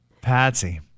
Patsy